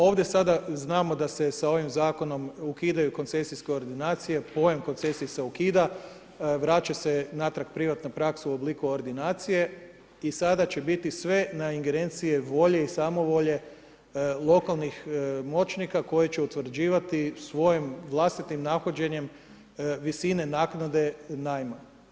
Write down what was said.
Ovdje sada znamo da se sa ovim zakonom ukidaju koncesijske ordinacije, pojam koncesije se ukida, vraća se natrag privatna praksa u obliku ordinacije i sada će biti sve na ingerenciji volje i samovolje lokalnih moćnika koji će utvrđivati svojim vlastitim nahođenjem visine naknade najma.